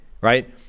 right